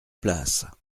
place